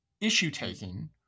issue-taking